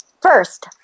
First